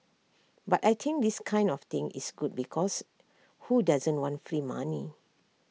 but I think this kind of thing is good because who doesn't want free money